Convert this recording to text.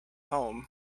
home